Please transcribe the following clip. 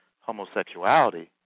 homosexuality